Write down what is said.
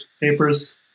papers